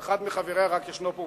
שרק אחד מחבריה ישנו פה,